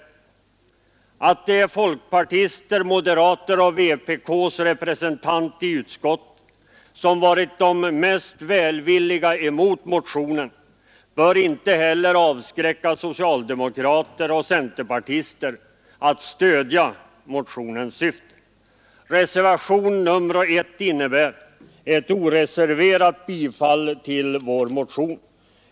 Och att det är folkpartister, moderater och vpk:s representant i utskottet som har varit mest välvilliga till motionen bör inte heller avskräcka socialdemokrater och centerpartister från att stödja motionens syfte. Reservationen 1 innebär ett oreserverat bifall till vår motion.